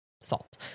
salt